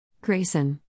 Grayson